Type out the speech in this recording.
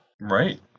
Right